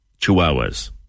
Chihuahuas